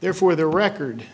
therefore the record